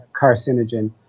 carcinogen